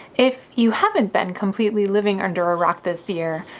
if you haven't been completely living under a rock this year